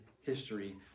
history